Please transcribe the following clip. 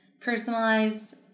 personalized